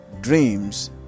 dreams